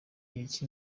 ibiki